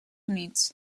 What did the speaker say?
units